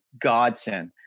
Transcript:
godsend